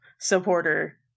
supporter